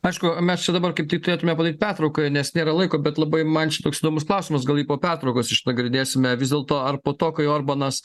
aišku mes čia dabar kaip tai turėtume padaryt pertrauką nes nėra laiko bet labai man toks įdomus klausimas gal jį po pertraukos išnagrinėsime vis dėlto ar po to kai orbanas